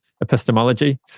epistemology